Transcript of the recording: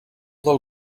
del